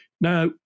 Now